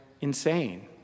insane